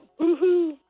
Woohoo